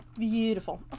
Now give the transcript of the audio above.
beautiful